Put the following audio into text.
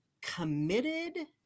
committed